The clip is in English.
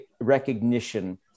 recognition